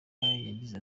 yagize